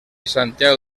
santiago